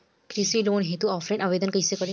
कृषि लोन हेतू ऑफलाइन आवेदन कइसे करि?